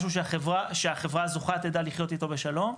משהו שהחברה הזוכה תדע לחיות איתו בשלום,